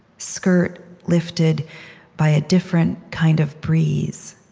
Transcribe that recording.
skirt lifted by a different kind of breeze.